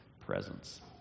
presence